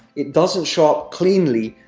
it doesn't show up cleanly,